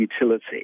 utility